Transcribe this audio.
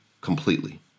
Completely